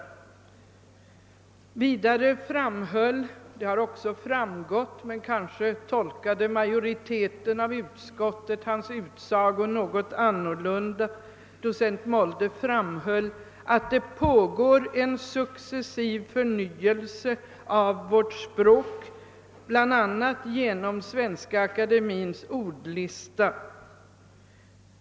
Vidare framhöll docent Molde — det har också framgått av ordförandens inlägg, men kanske tolkade majoriteten i utskottet hans utsaga något annorlunda — att det pågår en successiv förnyelse av vårt språk, bl.a. genom Svenska akademiens ordlista.